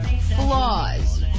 flaws